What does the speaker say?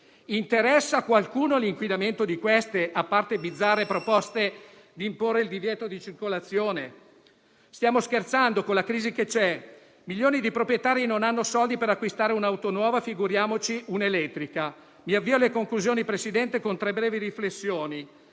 Interessa a qualcuno il loro inquinamento, a parte bizzarre proposte di imporre il divieto di circolazione? Stiamo scherzando con la crisi che c'è? Milioni di proprietari non hanno soldi per acquistare un'auto nuova, figuriamoci una elettrica. Mi avvio alle conclusioni, Presidente, con tre brevi riflessioni.